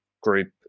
group